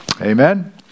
Amen